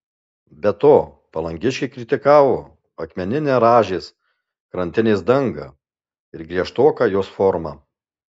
be to palangiškiai kritikavo akmeninę rąžės krantinės dangą ir griežtoką jos formą